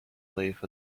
live